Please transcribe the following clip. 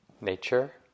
nature